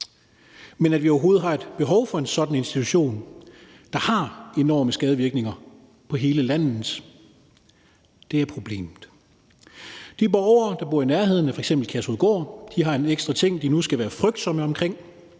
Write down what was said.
det, at vi overhovedet har et behov for en sådan institution, der har enorme skadevirkninger på hele landet, er problemet. De borgere, der bor i nærheden af f.eks. Kærshovedgård, har en ekstra ting, de nu skal være frygtsomme omkring,